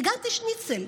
טיגנתי שניצל,